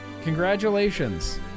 congratulations